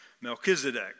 Melchizedek